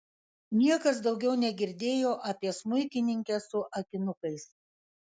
niekas daugiau negirdėjo apie smuikininkę su akinukais